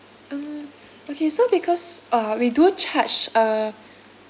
mm okay so because uh we do charge a